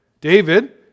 David